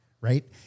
right